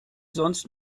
sonst